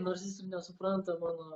nors jis nesupranta mano